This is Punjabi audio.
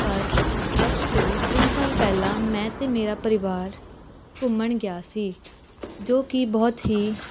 ਪਰ ਅੱਜ ਤੋਂ ਤਿੰਨ ਸਾਲ ਪਹਿਲਾਂ ਮੈਂ ਅਤੇ ਮੇਰਾ ਪਰਿਵਾਰ ਘੁੰਮਣ ਗਿਆ ਸੀ ਜੋ ਕਿ ਬਹੁਤ ਹੀ